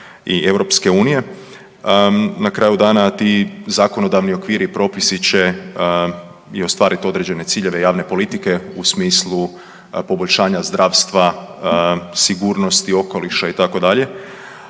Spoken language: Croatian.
i EU. Na kraju dana ti zakonodavni okviri i propisi će i ostvariti određene ciljeve javne politike u smislu poboljšanja zdravstva, sigurnosti okoliša, itd.,